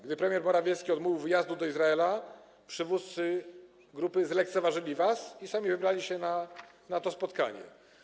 Gdy premier Morawiecki odmówił wyjazdu do Izraela, przywódcy grupy zlekceważyli was i sami wybrali się na to spotkanie.